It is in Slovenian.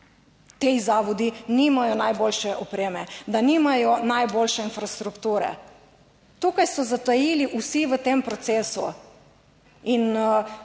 da ti zavodi nimajo najboljše opreme, da nimajo najboljše infrastrukture, tukaj so zatajili vsi v tem procesu. In